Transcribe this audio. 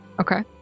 Okay